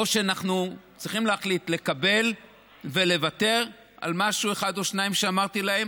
אנחנו צריכים להחליט לקבל ולוותר על משהו אחד או שניים שאמרתי להם,